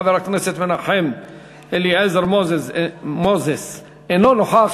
חבר הכנסת מנחם אליעזר מוזס אינו נוכח.